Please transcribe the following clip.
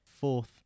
fourth